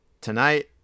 Tonight